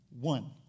one